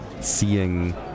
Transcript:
seeing